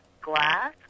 glass